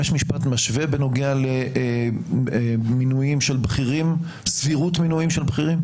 יש משפט משווה בנוגע לסבירות מינויים של בכירים?